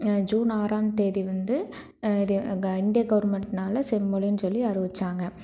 June ஆறாம் தேதி வந்து இது க இந்திய கவர்மெண்ட்னால செம்மொழின்னு சொல்லி அறிவிச்சாங்க